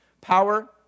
Power